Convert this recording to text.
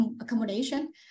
accommodation